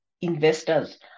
investors